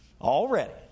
already